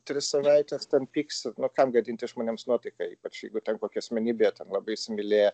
tris savaites ten pyks kam gadinti žmonėms nuotaiką ypač jeigu ten kokią asmenybę jie ten labai įsimylėję